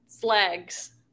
flags